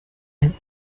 him